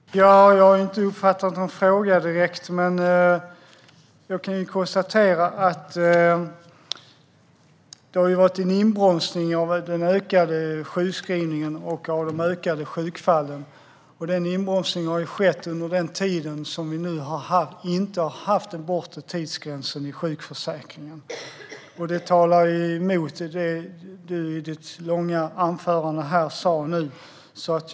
Herr talman! Jag har inte uppfattat någon fråga direkt. Jag kan dock konstatera att det har skett en inbromsning av de ökade sjukskrivningarna och de ökade sjukfallen. Den inbromsningen har skett under den tid vi inte har haft den bortre tidsgränsen i sjukförsäkringen. Detta motsäger det du sa i ditt långa anförande här, Tina Ghasemi.